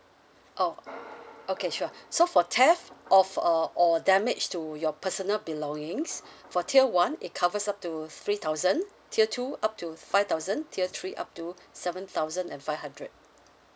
oh okay sure so for theft of uh or damage to your personal belongings for tier one it covers up to three thousand tier two up to five thousand tier three up to seven thousand and five hundred